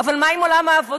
אבל מה עם עולם העבודה?